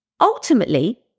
Ultimately